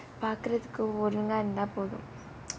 பார்க்கிறதுக்கு ஒன்னு இருந்தா போதும்:paarkkirathukku onnu irunthaa pothum